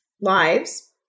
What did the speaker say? lives